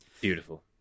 Beautiful